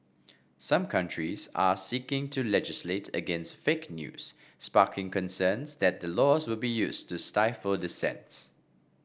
some countries are seeking to legislate against fake news sparking concerns that the laws will be used to stifle dissents